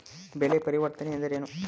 ಬೆಳೆ ಪರಿವರ್ತನೆ ಎಂದರೇನು?